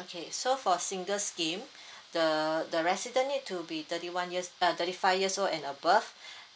okay so for a single scheme the the resident need to be thirty one years uh thirty five years old and above